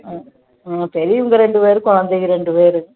ம் ம் பெரியவங்கள் ரெண்டு பேர் குலந்தைக ரெண்டு பேர்